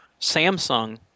Samsung